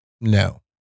No